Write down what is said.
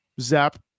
Zap